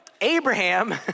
Abraham